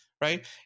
right